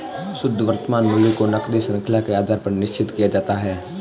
शुद्ध वर्तमान मूल्य को नकदी शृंखला के आधार पर निश्चित किया जाता है